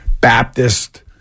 Baptist